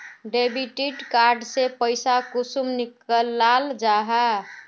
Debit card से पैसा कुंसम निकलाल जाहा?